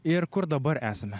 ir kur dabar esame